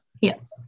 Yes